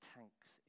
Tanks